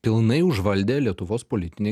pilnai užvaldė lietuvos politinį